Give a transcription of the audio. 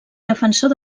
defensor